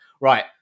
Right